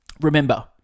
Remember